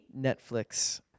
Netflix